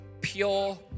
pure